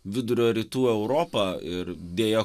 vidurio rytų europą ir deja